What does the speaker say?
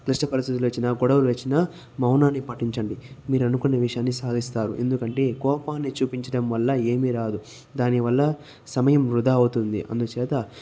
క్లిష్ట పరిస్థితులు వచ్చిన గొడవలు వచ్చిన మౌనాన్ని పాటించండి మీరు అనుకున్న విషయాన్ని సాధిస్తారు ఎందుకంటే కోపాన్ని చూపించడం వల్ల ఏమీ రాదు దానివల్ల సమయం వృధా అవుతుంది అందుచేత